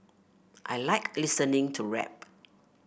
I like listening to rap